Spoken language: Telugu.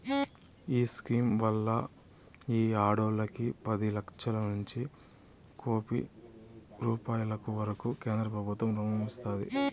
ఈ స్కీమ్ వల్ల ఈ ఆడోల్లకి పది లచ్చలనుంచి కోపి రూపాయిల వరకూ కేంద్రబుత్వం రుణం ఇస్తాది